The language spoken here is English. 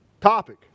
topic